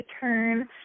turn